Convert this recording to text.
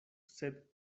sed